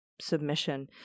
Submission